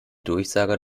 durchsager